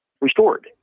restored